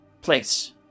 place